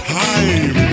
time